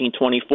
1924